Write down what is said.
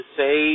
say